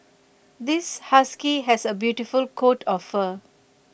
this husky has A beautiful coat of fur